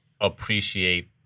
appreciate